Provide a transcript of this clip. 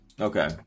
okay